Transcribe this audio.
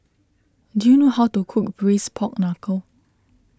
do you know how to cook Braised Pork Knuckle